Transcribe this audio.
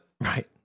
Right